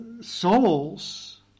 souls